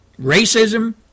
racism